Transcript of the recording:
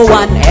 one